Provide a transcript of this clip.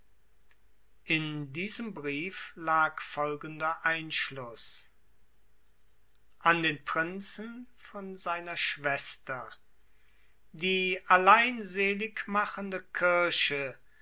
in diesem brief lag folgender einschluß an den prinzen von von seiner schwester die allein seligmachende kirche